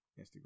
Instagram